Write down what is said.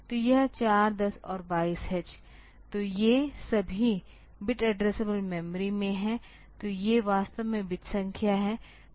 तो यह 4 10 और यह 22h तो ये सभी बिट एड्रेसेबल मेमोरी में हैं तो ये वास्तव में बिट संख्या हैं